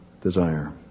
desire